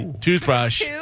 Toothbrush